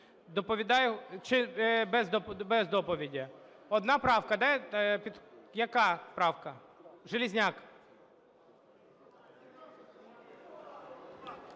Доповідає… Чи без доповіді? Одна правка, да? Яка правка? Железняк.